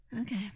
Okay